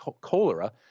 cholera